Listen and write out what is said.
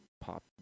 pop